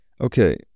Okay